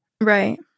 Right